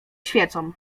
świecą